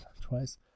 Twice